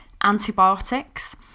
antibiotics